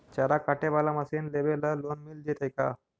चारा काटे बाला मशीन लेबे ल लोन मिल जितै का?